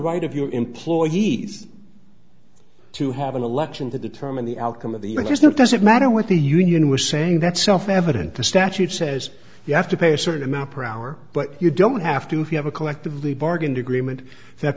right of your employees to have an election to determine the outcome of the it is not doesn't matter what the union was saying that's self evident the statute says you have to pay a certain amount per hour but you don't have to have a collectively bargained agreement that